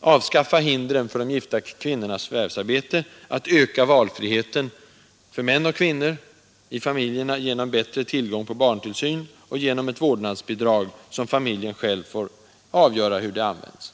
avskaffa hindren för de gifta kvinnornas förvärvsarbete, att öka valfriheten för män och kvinnor inom familjerna genom bättre tillgång på barntillsyn och genom ett vårdnadsbidrag, som familjen själv får avgöra hur det skall användas.